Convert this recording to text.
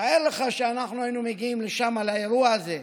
תאר לך שאנחנו היינו מגיעים לשם, לאירוע הזה,